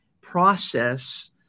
process